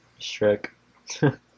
Shrek